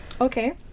Okay